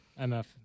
MF